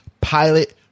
pilot